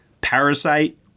Parasite